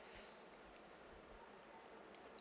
I mean